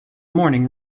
morning